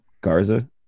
Garza